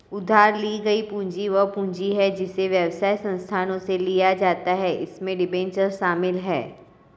उधार ली गई पूंजी वह पूंजी है जिसे व्यवसाय संस्थानों से लिया जाता है इसमें डिबेंचर शामिल हैं